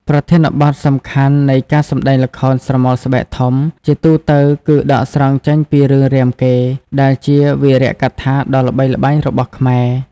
ប្រធានបទសំខាន់នៃការសម្តែងល្ខោនស្រមោលស្បែកធំ ជាទូទៅគឺដកស្រង់ចេញពី រឿងរាមកេរ្តិ៍ ដែលជាវីរកថាដ៏ល្បីល្បាញរបស់ខ្មែរ។